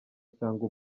cyangwa